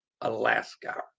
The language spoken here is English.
Alaska